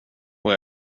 och